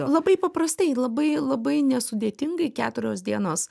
labai paprastai labai labai nesudėtingai keturios dienos